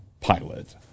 pilot